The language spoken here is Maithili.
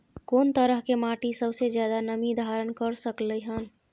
कोन तरह के माटी सबसे ज्यादा नमी धारण कर सकलय हन?